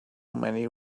many